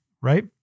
right